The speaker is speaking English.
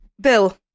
Bill